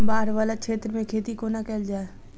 बाढ़ वला क्षेत्र मे खेती कोना कैल जाय?